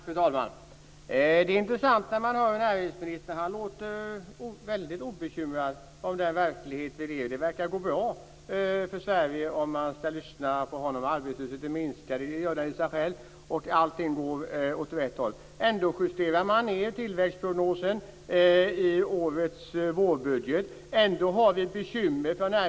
Fru talman! Det är intressant att höra näringsministern. Han låter obekymrad om den verklighet vi lever i. Det verkar gå bra för Sverige, om man skall lyssna på honom. Arbetslösheten minskar, säger han, och allting går åt rätt håll. Ändå justerar man ned tillväxtprognosen i vårbudgeten. Ändå har vi bekymmer.